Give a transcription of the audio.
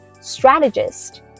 strategist